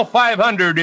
500